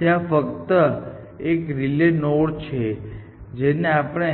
ત્યાં ફક્ત એક રિલે નોડ છે જેને આપણે